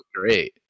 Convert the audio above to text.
great